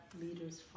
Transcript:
leaders